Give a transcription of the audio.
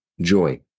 joy